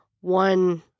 one